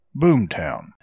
Boomtown